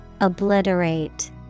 obliterate